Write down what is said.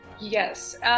Yes